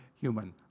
human